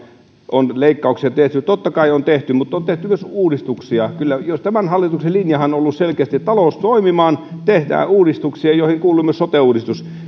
on leikkauksia tehty totta kai on tehty mutta on tehty myös uudistuksia tämän hallituksen linjahan on ollut selkeästi talous toimimaan tehdään uudistuksia joihin kuuluu myös sote uudistus